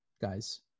guys